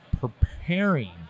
preparing